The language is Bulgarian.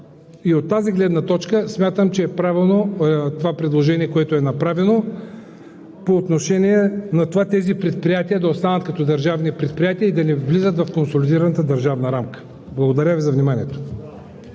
От тази гледна точка смятам, че е правилно това предложение, което е направено по отношение на това тези предприятия да останат като държавни предприятия и да не влизат в консолидираната държавна рамка. Благодаря Ви за вниманието.